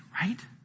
right